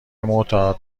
معتاد